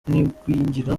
n’igwingira